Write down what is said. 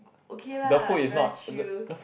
okay lah it very chill